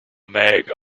make